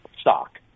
stock